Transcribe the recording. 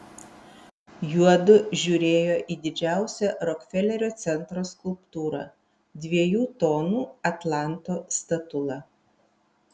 juodu žiūrėjo į didžiausią rokfelerio centro skulptūrą dviejų tonų atlanto statulą